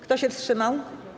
Kto się wstrzymał?